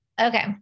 Okay